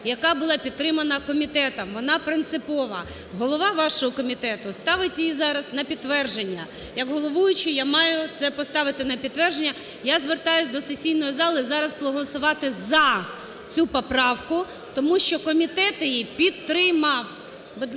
яка була підтримана комітетом. Вона принципова. Голова вашого комітету ставить її зараз на підтвердження. Як головуючий я маю це поставити на підтвердження. Я звертаюсь до сесійної зали зараз проголосувати за цю поправку, тому що комітет її підтримав.